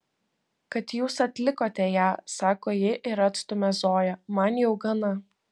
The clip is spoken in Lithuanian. kad jūs atlikote ją sako ji ir atstumia zoją man jau gana